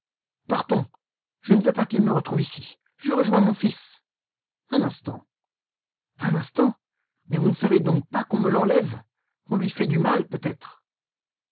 partons je ne veux pas qu'il me retrouve ici je rejoins mon fils un instant un instant mais vous ne savez donc pas qu'on me l'enlève qu'on lui fait du mal peut-être